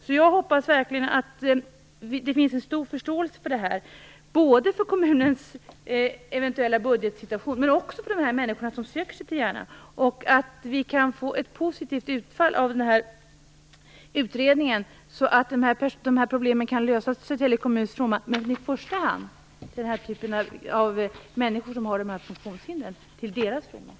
Så jag hoppas verkligen att det finns en förståelse både för att kommunen eventuellt får problem med sin budget och för de människor som söker sig till Järna. Jag hoppas också att utredningen kan leda till ett positivt utfall, så att de här problemen kan lösas till Södertälje kommuns fromma men i första hand till fromma för de människor som har den här typen av funktionshinder.